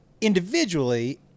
individually